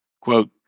quote